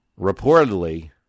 Reportedly